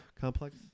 complex